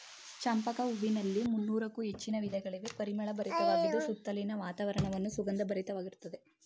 ಚಂಪಕ ಹೂವಿನಲ್ಲಿ ಮುನ್ನೋರಕ್ಕು ಹೆಚ್ಚಿನ ವಿಧಗಳಿವೆ, ಪರಿಮಳ ಭರಿತವಾಗಿದ್ದು ಸುತ್ತಲಿನ ವಾತಾವರಣವನ್ನು ಸುಗಂಧ ಭರಿತವಾಗಿರುತ್ತದೆ